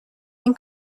این